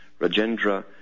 Rajendra